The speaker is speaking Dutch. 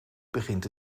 begint